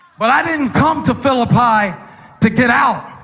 but i didn't come to philippi to get out.